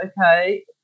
okay